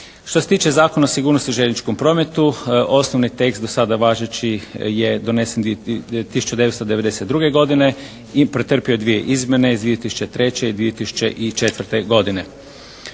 Što se tiče Zakona o sigurnosti u željezničkom prometu osnovni tekst do sada važeći je donesen 1992. godine i pretrpio je dvije izmjene iz 2003. i 2004. godine.